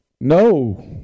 no